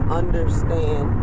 understand